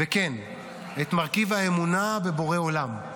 וכן, את מרכיב האמונה בבורא עולם.